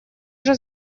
уже